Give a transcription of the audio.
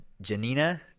Janina